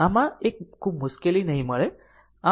આમાં એક ખૂબ મુશ્કેલ નહીં મળે